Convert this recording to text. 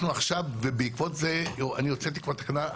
בעקבות זה אני הוצאתי כבר תקנה,